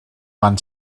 van